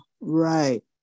right